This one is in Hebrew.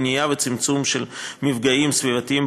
למניעה וצמצום של מפגעים סביבתיים